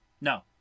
no